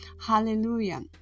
Hallelujah